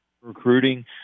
recruiting